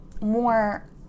more